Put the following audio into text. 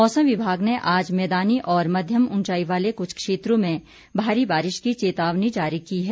मौसम विभाग ने आज मैदानी और मध्यम ऊंचाई वाले कुछ क्षेत्रों में भारी बारिश की चेतावनी जारी की है